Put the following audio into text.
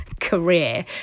career